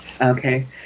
Okay